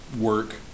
work